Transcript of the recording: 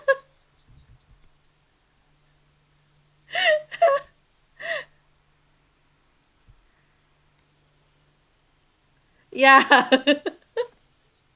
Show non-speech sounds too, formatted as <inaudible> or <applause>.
<breath> <laughs> <breath> ya <laughs>